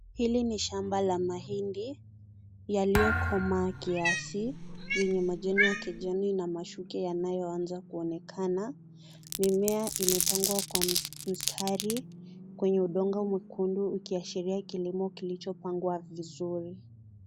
Hili ni shamba la mahindi yaliyo komaa kiyasi. Yenye majani ya kijani na mashuke nanayo anza kuonekana. Mimea imepandwa kwa mstari kwenye udongo Mwekundu ikiashiria kilimo kilicho pangwa vizuri.